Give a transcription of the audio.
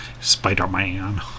Spider-Man